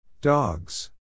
Dogs